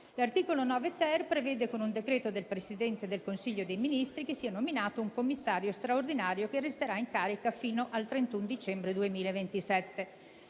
L'articolo 9-*ter*, con un decreto del Presidente del Consiglio dei ministri, prevede che sia nominato un commissario straordinario, che resterà in carica fino al 31 dicembre 2027.